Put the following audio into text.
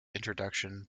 introduction